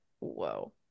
whoa